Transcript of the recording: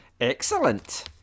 Excellent